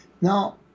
Now